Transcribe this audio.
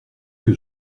que